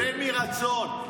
מלווה מרצון.